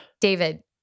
David